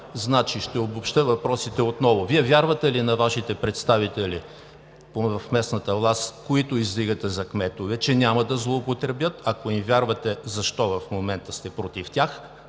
даваме? Ще обобщя въпросите отново: Вие вярвате ли на Вашите представители в местната власт, които издигате за кметове, че няма да злоупотребят? Ако им вярвате, защо в момента сте против тях,